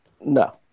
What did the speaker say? No